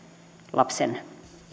lapsen